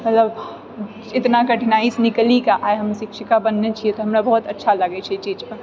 मतलब इतना कठिनाइ से निकलीके आइ हम शिक्षिका बनले छिऐ तऽ हमरा बहुत अच्छा लागैत छै ई चीज